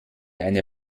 eine